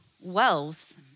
wells